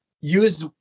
use